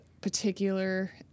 particular